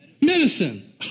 Medicine